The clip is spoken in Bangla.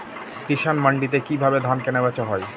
কৃষান মান্ডিতে কি ভাবে ধান কেনাবেচা হয়?